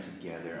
together